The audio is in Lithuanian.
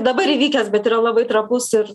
dabar įvykęs bet yra labai trapus ir